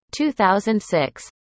2006